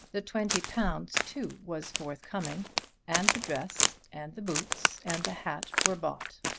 the twenty pounds too was forthcoming and the dress and the boots and the hat were bought.